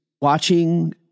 watching